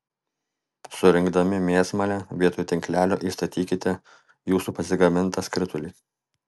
surinkdami mėsmalę vietoj tinklelio įstatykite jūsų pasigamintą skritulį